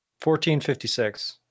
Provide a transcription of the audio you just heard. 1456